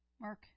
Mark